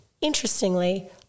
Interestingly